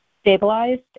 stabilized